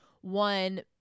one